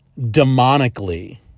demonically